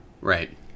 Right